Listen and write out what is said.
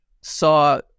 saw